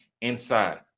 inside